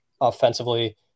offensively